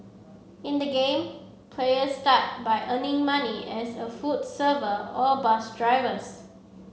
in the game players start by earning money as a food server or bus drivers